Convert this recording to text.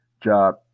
job